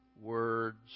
words